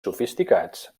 sofisticats